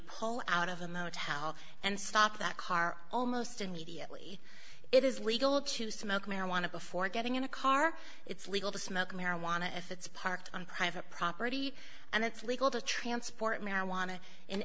pull out of the tao and stop that car almost immediately it is legal to smoke marijuana before getting in a car it's legal to smoke marijuana if it's parked on private property and it's legal to transport marijuana in